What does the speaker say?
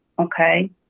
okay